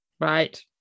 Right